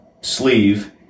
sleeve